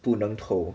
不能偷